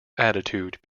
attitude